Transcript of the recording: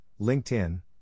LinkedIn